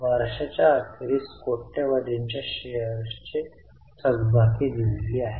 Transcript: वर्षाच्या अखेरीस कोट्यावधींच्या शेअर्सचे थकबाकी दिलेली आहे